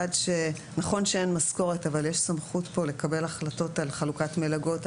נכון שאין משכורת אבל יש סמכות פה לקבל החלטות על חלוקת מלגות,